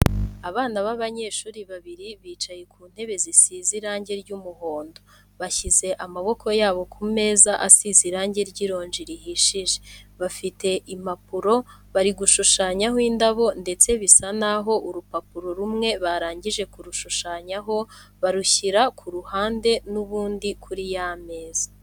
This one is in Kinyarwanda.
Abana b'abanyeshuri babiri bicaye ku ntebe zisize irange ry'umuhondo, bashyize amaboko yabo ku meza asize irange ry'ironji rihishije. Bafite impapuro bari gushushanyaho indabo ndetse bisa n'aho urupapuro rumwe barangije kurushushanyaho, barushyira ku ruhande n'ubundi kuri ya meza.